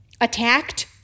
attacked